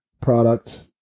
product